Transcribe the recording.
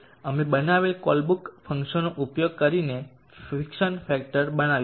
હવે અમે બનાવેલ કોલબ્રુક ફંકશનનો ઉપયોગ કરીને ફિક્શન ફેક્ટર બનાવીશું